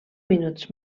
minuts